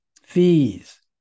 fees